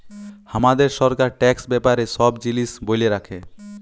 হামাদের সরকার ট্যাক্স ব্যাপারে সব জিলিস ব্যলে রাখে